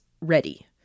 ready